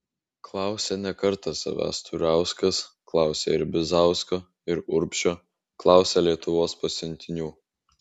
klausė ne kartą savęs turauskas klausė ir bizausko ir urbšio klausė lietuvos pasiuntinių